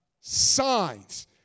signs